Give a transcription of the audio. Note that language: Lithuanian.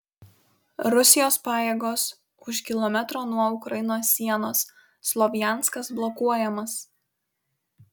rusijos pajėgos už kilometro nuo ukrainos sienos slovjanskas blokuojamas